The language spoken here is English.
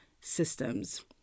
systems